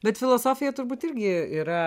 bet filosofija turbūt irgi yra